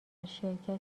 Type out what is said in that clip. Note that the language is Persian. شرکت